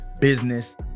business